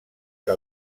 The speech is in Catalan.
que